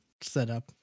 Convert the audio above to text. setup